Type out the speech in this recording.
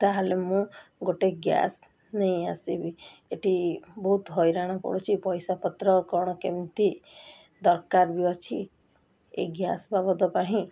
ତାହେଲେ ମୁଁ ଗୋଟେ ଗ୍ୟାସ୍ ନେଇ ଆସିବି ଏଠି ବହୁତ ହଇରାଣ ପଡ଼ୁଛି ପଇସା ପତ୍ର କଣ କେମିତି ଦରକାର ବି ଅଛି ଏଇ ଗ୍ୟାସ ବାବଦ ପାଇଁ